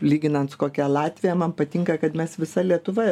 lyginant su kokia latvija man patinka kad mes visa lietuva